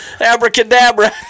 abracadabra